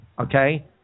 Okay